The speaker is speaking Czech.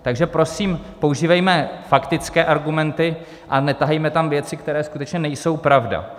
Takže prosím, používejme faktické argumenty a netahejme tam věci, které skutečně nejsou pravda.